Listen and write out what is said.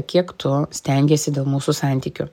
kiek tu stengiesi dėl mūsų santykių